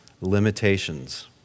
limitations